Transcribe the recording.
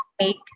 make